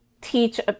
teach